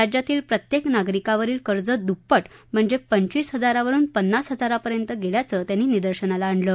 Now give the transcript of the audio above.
राज्यातील प्रत्येक नागरिकावरील कर्ज दृप्पट म्हणजे पंचवीस हजारवरून पन्नास हजारपर्यंत गेल्याचं त्यांनी निदर्शनास आणलं